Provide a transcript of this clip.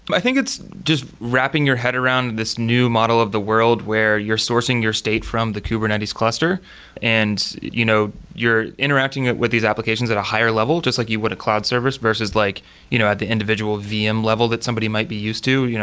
i think it's just wrapping your head around this new model of the world where you're sourcing your state from the kubernetes cluster and you know you're interacting with these applications at a higher level, just like you would a cloud service versus like you know at the individual vm level that somebody might be used to. you know